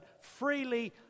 Freely